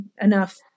enough